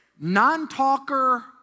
non-talker